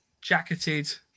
jacketed